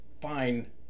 Fine